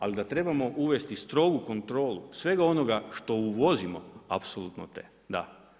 Ali da trebamo uvesti strogu kontrolu, svega onoga što uvozimo, apsolutno treba, da.